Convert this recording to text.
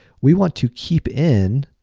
we want to keep in